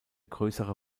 größere